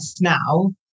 now